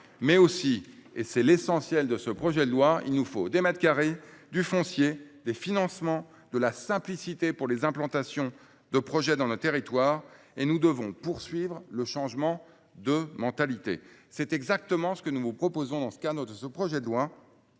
veut aussi dire- c'est là l'essentiel de ce projet de loi -que nous avons besoin de foncier, de financements et de simplicité pour l'implantation de projets dans nos territoires. Nous devons poursuivre le changement de mentalité. C'est exactement ce que nous vous proposons dans le cadre de ce projet de loi,